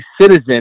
citizen